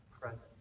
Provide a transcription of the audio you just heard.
present